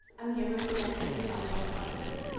i'm here representing the southwest carpenters.